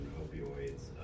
opioids